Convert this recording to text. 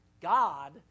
God